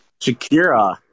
Shakira